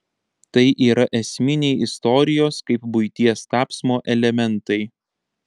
tai yra esminiai istorijos kaip buities tapsmo elementai